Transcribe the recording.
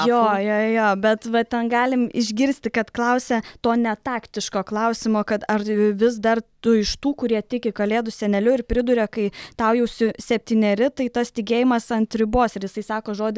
jo jo jo jo bet va ten galim išgirsti kad klausia to netaktiško klausimo kad ar vis dar tu iš tų kurie tiki kalėdų seneliu ir priduria kai tau jau siu septyneri tai tas tikėjimas ant ribos ir jisai sako žodį